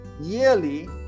yearly